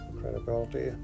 credibility